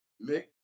make